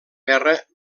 guerra